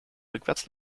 rückwärts